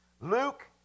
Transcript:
Luke